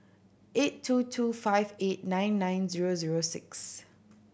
eight two two five eight nine nine zero zero six